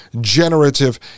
generative